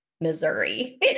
Missouri